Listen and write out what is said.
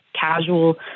casual